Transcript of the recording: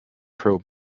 pro